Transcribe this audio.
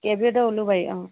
কে B ৰ'ডৰ উলুবাৰী অঁহ